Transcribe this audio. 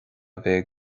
bheidh